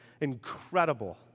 incredible